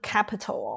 Capital